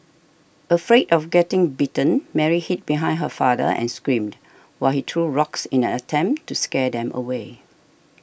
afraid of getting bitten Mary hid behind her father and screamed while he threw rocks in an attempt to scare them away